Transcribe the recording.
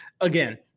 again